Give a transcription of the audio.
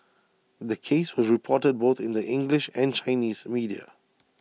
the case was reported both in the English and Chinese media